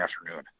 afternoon